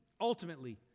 ultimately